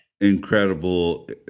Incredible